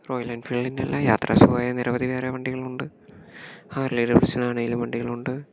royal എൻഫീൽഡിൻ്റെ എല്ലാ യാത്രാ സുഖമായ നിരവധി വേറെ വണ്ടികളുണ്ട് ഹാർളി ഡേവിഡ്സണാണെങ്കിലും വണ്ടികളുണ്ട്